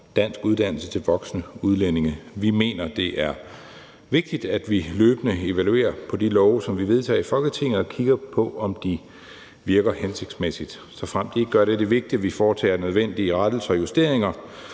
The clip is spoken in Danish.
danskuddannelse til voksne udlændinge. Vi mener, det er vigtigt, at vi løbende evaluerer de love, som vi vedtager i Folketinget, og kigger på, om de virker hensigtsmæssigt. Såfremt de ikke gør det, er det vigtigt, at vi foretager nødvendige rettelser og justeringer,